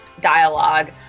dialogue